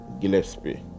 Gillespie